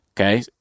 okay